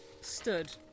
stood